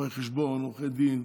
רואי חשבון,